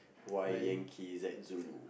Y yankee Z zoo